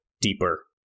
deeper